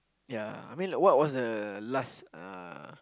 ya I mean what was the last uh